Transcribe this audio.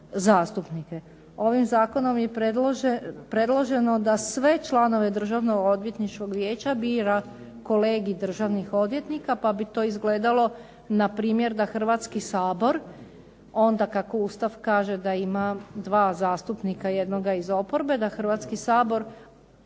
Ovim zakonom je predloženo da sve članove Državnog odvjetničkog vijeća bira Kolegij državnih odvjetnika, pa bi to izgledalo na primjer da Hrvatski sabor onda kako Ustav kaže da ima dva zastupnika jednoga iz oporbe, da Hrvatski sabor